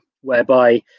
whereby